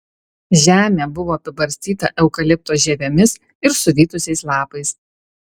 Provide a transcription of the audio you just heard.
žemė buvo apibarstyta eukalipto žievėmis ir suvytusiais lapais